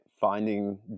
finding